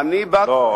לא,